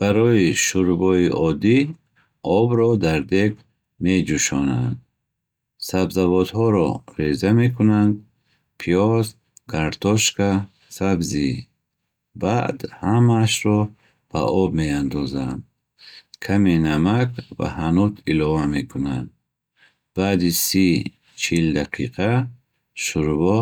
Барои шӯрбои оддӣ обро дар дег меҷӯшонанд. Сабзавотҳоро реза мекунанд: пиёз, картошка, сабзӣ. Баъд ҳамаашро ба об меандозанд. Каме намак ва ҳанут илова мекунанд. Баъди си чил дақиқа шӯрбо